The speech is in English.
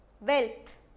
wealth